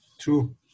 True